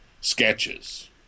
sketches